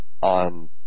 on